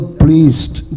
pleased